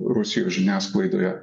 rusijos žiniasklaidoje